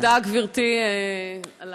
תודה, גברתי, על